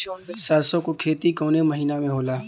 सरसों का खेती कवने महीना में होला?